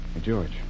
George